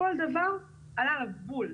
כל דבר עלה עליו בול.